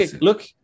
look